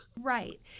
Right